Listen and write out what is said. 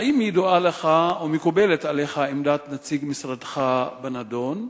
האם ידועה לך או מקובלת עליך עמדת נציג משרדך בנדון?